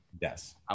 yes